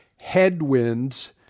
headwinds